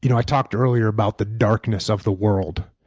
you know i talked earlier about the darkness of the world.